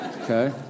okay